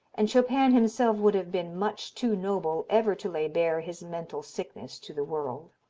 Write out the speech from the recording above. and chopin himself would have been much too noble ever to lay bare his mental sickness to the world.